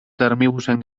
termibusen